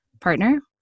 partner